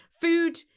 food